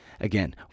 again